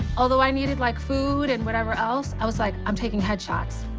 although i needed like food and whatever else, i was like, i'm taking head shots.